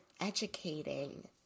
educating